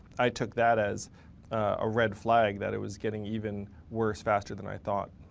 i took that as a red flag, that it was getting even worse faster than i thought.